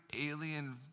alien